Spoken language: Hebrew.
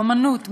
אמנות,